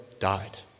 died